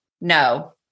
No